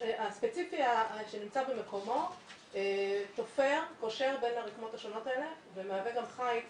הספציפי שנמצא במקומו קושר בין הרקמות השונות האלה ומהווה גם חיץ